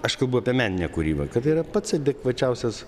aš kalbu apie meninę kūrybą kad yra pats adekvačiausias